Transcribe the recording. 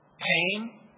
Pain